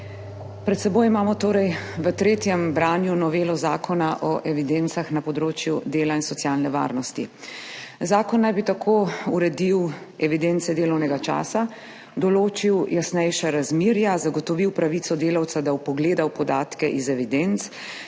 Pred seboj imamo torej v tretjem branju novelo Zakona o evidencah na področju dela in socialne varnosti. Zakon naj bi tako uredil evidence delovnega časa, določil jasnejša razmerja, zagotovil pravico delavca do vpogleda v podatke iz evidenc,